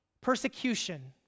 persecution